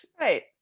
Right